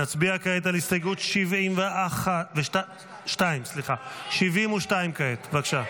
נצביע כעת על הסתייגות 72. בבקשה.